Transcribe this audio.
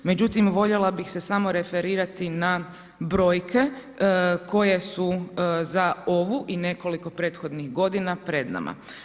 Međutim, voljela bih se samo referirati na brojke koje su za ovu i nekoliko prethodnih godinama pred nama.